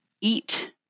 eat